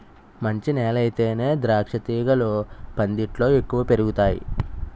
మంచి నేలయితేనే ద్రాక్షతీగలు పందిట్లో ఎక్కువ పెరుగతాయ్